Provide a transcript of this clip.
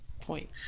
point